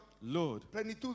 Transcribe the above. Lord